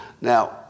Now